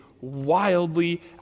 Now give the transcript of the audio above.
wildly